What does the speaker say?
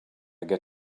get